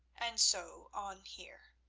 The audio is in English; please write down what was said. and so on here.